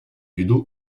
виду